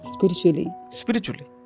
Spiritually